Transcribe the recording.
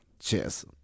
Cheers